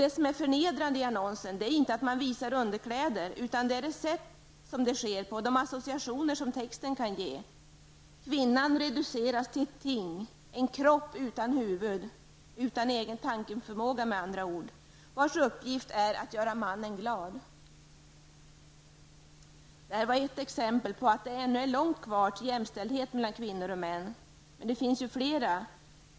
Det som är förnedrande i annonsen är inte att man visar underkläder, utan det sätt på vilket det sker och de associationer som texten kan ge. Kvinnan reduceras till ett ting, en kropp utan huvud -- utan egen tankeförmåga -- vars uppgift är att göra mannen glad. Detta är ett exempel på att det ännu är långt kvar till jämställdhet mellan kvinnor och män. Men det finns flera.